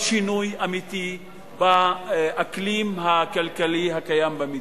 שינוי אמיתי באקלים הכלכלי הקיים במדינה.